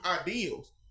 ideals